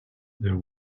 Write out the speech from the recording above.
there